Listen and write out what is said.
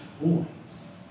boys